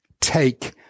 take